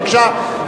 בבקשה,